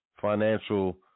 financial